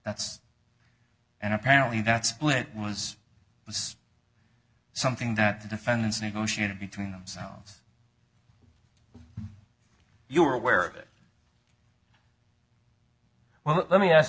that's and apparently that split was this something that the defendants negotiated between themselves you were aware of it well let me ask